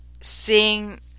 seeing